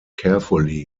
carefully